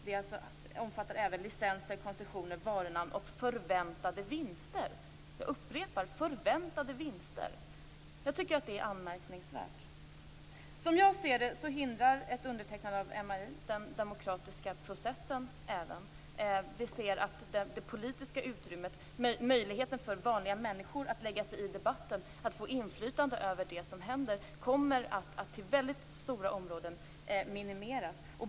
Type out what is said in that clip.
Den omfattar även licenser, koncessioner, varunamn och - förväntade vinster! Jag upprepar: förväntade vinster. Jag tycker att det är anmärkningsvärt. Som jag ser det hindrar ett undertecknande av MAI även den demokratiska processen. Vi ser att det politiska utrymmet, möjligheten för vanliga människor att lägga sig i debatten, att få inflytande över det som händer, kommer att minimeras på stora områden.